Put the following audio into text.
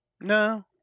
No